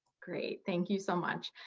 great, thank you so much.